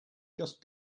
just